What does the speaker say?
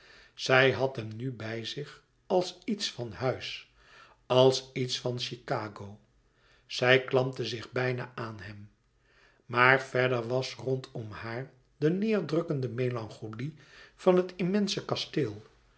zij had hem nu bij zich als iets van huis als iets van chicago zij klampte zich bijna aan hem maar verder was rondom haar de neêrdrukkende melancholie van het immense kasteel